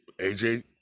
AJ